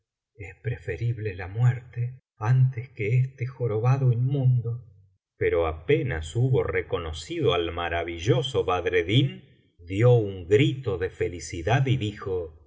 es preferible la muerte antes que este jorobado inmundo pero apenas hubo reconocido al maravilloso badreddin dio un grito de felicidad y dijo